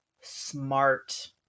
smart